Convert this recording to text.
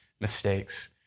mistakes